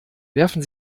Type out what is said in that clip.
werfen